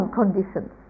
conditions